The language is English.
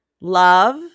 Love